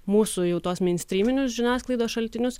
mūsų jau tuos meinstryminius žiniasklaidos šaltinius